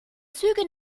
züge